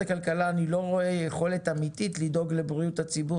לא רואה יכולת אמיתית של משרד הכלכלה